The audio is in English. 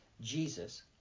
Jesus